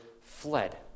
fled